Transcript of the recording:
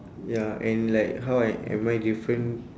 ya and like how I am I different